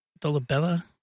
Dolabella